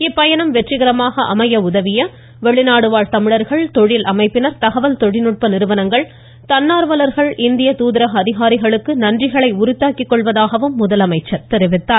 இப்பயணம் வெற்றிகரமாக அமைய உதவிய வெளிநாடுவாழ் தமிழர்கள் தொழில் அமைப்பினர் தகவல் தொழில்நுட்ப நிறுவனங்கள் தன்னார்வலர்கள் இந்திய தூதரக அதிகாரிகளுக்கு நன்றிகளை உரித்தாக்கிக்கொள்வதாகவும் முதலமைச்சர் தெரிவித்துள்ளார்